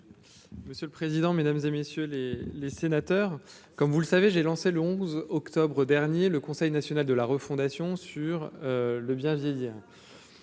Monsieur le président, Mesdames et messieurs les les sénateurs, comme vous le savez j'ai lancé le 11 octobre dernier le Conseil national de la refondation sur le bien vieillir